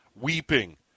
weeping